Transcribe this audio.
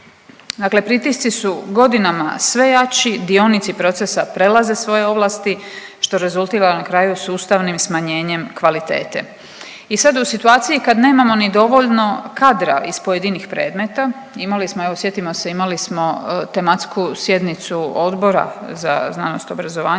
Dakle, pritisci su godinama sve jači, dionici procesa prelaze svoje ovlasti što rezultira na kraju sustavnim smanjenjem kvalitete. I sad u situaciji kad nemamo ni dovoljno kadra iz pojedinih predmeta imali smo, evo sjetimo se imali smo tematsku sjednicu Odbora za znanost, obrazovanje